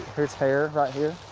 here's hair here.